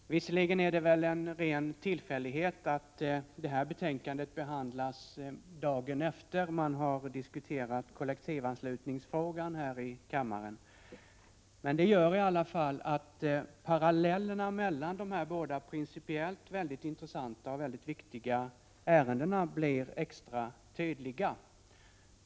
Fru talman! Visserligen är det väl en ren tillfällighet att det här betänkandet behandlas dagen efter det att man har diskuterat kollektivanslutningsfrågan här i kammaren. Men det gör att parallellerna mellan de här båda principiellt mycket intressanta och viktiga ärendena blir extra tydliga.